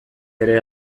ere